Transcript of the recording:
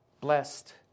blessed